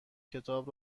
کتاب